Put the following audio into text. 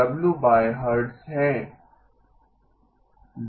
bandwidth Hz में है